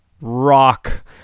rock